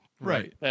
Right